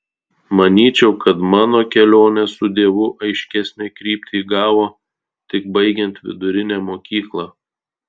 manyčiau kad mano kelionė su dievu aiškesnę kryptį įgavo tik baigiant vidurinę mokyklą